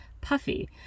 puffy